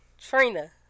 trina